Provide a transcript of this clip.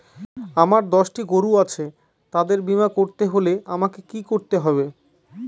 আমার দশটি গরু আছে তাদের বীমা করতে হলে আমাকে কি করতে হবে?